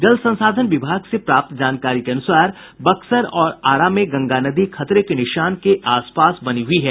जल संसाधन विभाग से प्राप्त जानकारी के अनुसार बक्सर और आरा में गंगा नदी खतरे के निशान के आस पास बनी हुई है